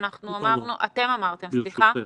כשאתם אמרתם שכל שבועיים --- ברשותך,